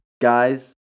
guys